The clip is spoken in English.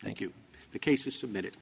thank you the case is submitted